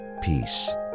peace